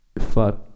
Fuck